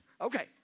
Okay